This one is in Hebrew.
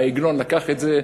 העגלון לקח את זה: